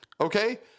Okay